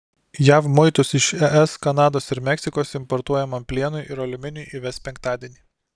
jav muitus iš es kanados ir meksikos importuojamam plienui ir aliuminiui įves penktadienį